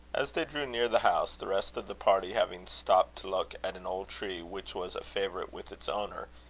as they drew near the house, the rest of the party having stopped to look at an old tree which was a favourite with its owner,